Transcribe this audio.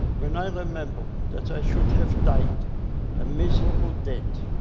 when i remember that i should have died a miserable death,